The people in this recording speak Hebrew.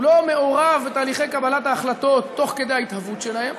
הוא לא מעורב בתהליכי קבלת ההחלטות תוך כדי ההתהוות שלהם.